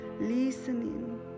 Listening